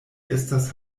estas